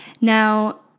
Now